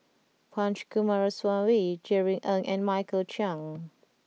Punch Coomaraswamy Jerry Ng and Michael Chiang